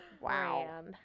Wow